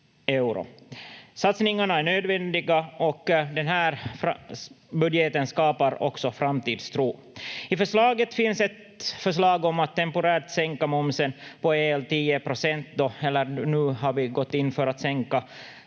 Satsningarna är nödvändiga, och den här budgeten skapar också framtidstro. I förslaget finns ett förslag om att temporärt sänka momsen på el från 24 procent till 10 procent,